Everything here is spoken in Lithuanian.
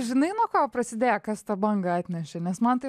žinai nuo ko prasidėjo kas tą bangą atnešė nes man tai